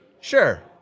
Sure